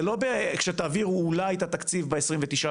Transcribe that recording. זה לא כשתעבירו, אולי, את התקציב ב-29.5.